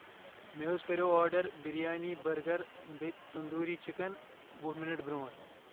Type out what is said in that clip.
مےٚ حظ کٔریو آرڈر بِریانی بٔرگر بیٚیہِ تندوٗری چِکن وُہ مِنٹ برونٛٹھ